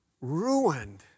ruined